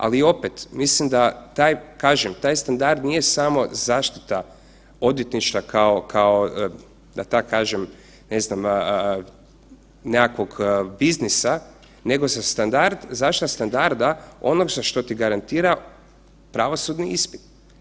Ali opet, mislim da taj, kažem, taj standard nije samo zaštita odvjetništva kao, da tako kažem, ne znam, nekakvog biznisa, nego se standard, zaštita standarda, onog što ti garantira pravosudni ispit.